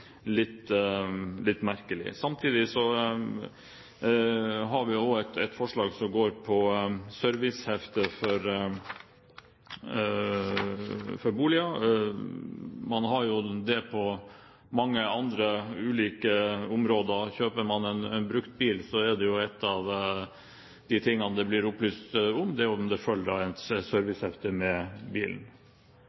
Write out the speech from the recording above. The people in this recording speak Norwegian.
litt merkelig. Vi har også et forslag som gjelder servicehefte for boliger. Man har det på mange andre ulike områder. Kjøper man bruktbil, er det én av de tingene det blir opplyst om, at det følger et servicehefte med bilen. Bolig er en